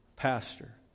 pastor